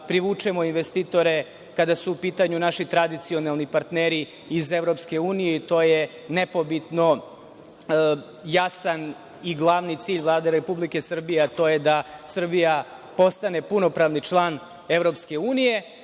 privučemo investitore kada su pitanju naši tradicionalni partneri iz EU i to je nepobitno jasan i glavni cilj Vlade Republike Srbije, a to je da Srbija postane punopravni član EU.